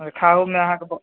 खाइओमे अहाँके बहु